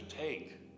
take